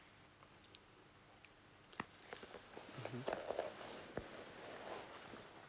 mmhmm